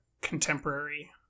contemporary